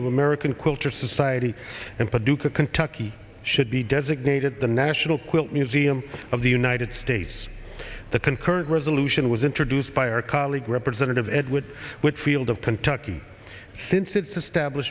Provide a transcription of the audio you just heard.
of american culture society and paducah kentucky should be designated the national quilt museum of the united states the concurrent resolution was introduced by our colleague representative edward whitfield of kentucky since its estab